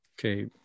Okay